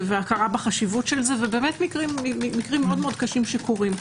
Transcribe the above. והכרה בחשיבות של זה, מקרים מאוד קשים שקורים.